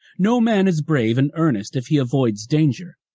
no man is brave and earnest if he avoids danger,